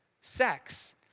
sex